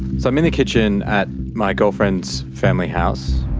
so i'm in the kitchen at my girlfriend's family house.